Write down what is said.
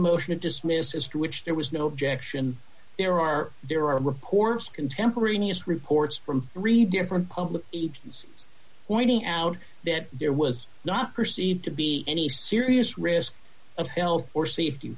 motion to dismiss as to which there was no objection there are there are reports contemporaneous reports from three different public agencies pointing out that there was not perceived to be any serious risk of health or safety